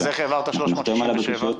אז איך העברת 367 בקשות?